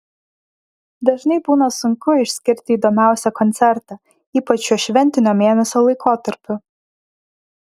dažnai būna sunku išskirti įdomiausią koncertą ypač šiuo šventinio mėnesio laikotarpiu